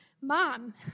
mom